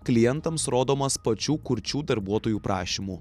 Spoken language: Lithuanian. klientams rodomas pačių kurčių darbuotojų prašymu